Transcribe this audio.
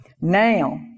now